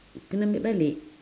kena ambil balik